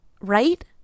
Right